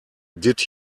did